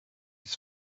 his